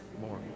more